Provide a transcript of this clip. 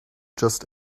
just